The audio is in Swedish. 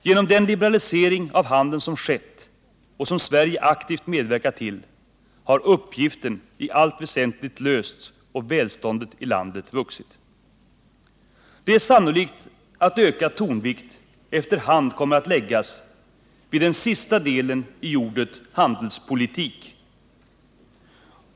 Genom den liberalisering av handeln som skett — och som Sverige aktivt medverkat till — har uppgiften i allt väsentligt lösts och välståndet i landet vuxit. Det är sannolikt att ökad tonvikt efter hand kommer att läggas vid den sista delen i ordet handelspolitik.